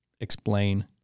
explain